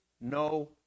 no